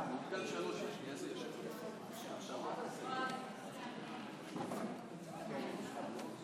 אני קובע כי הצעת החוק של חבר הכנסת יוראי להב הרצנו עברה,